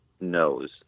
knows